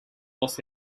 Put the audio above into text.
los